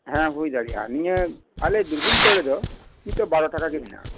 ᱦᱮᱸ ᱦᱩᱭ ᱫᱟᱲᱮᱭᱟᱜᱼᱟ ᱱᱤᱭᱟᱹ ᱟᱞᱮ ᱵᱤᱨᱵᱷᱩᱢ ᱠᱚᱨᱮ ᱫᱚ ᱱᱤᱛ ᱦᱚᱸ ᱵᱟᱨᱚ ᱴᱟᱠᱟ ᱜᱮ ᱢᱮᱱᱟᱜᱼᱟ